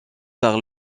par